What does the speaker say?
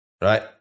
right